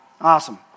Awesome